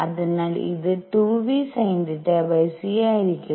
അതിനാൽ ഇത് 2vsinθ c ആയിരിക്കും